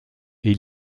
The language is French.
est